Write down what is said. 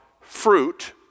fruit